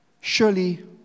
Surely